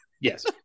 Yes